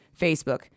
Facebook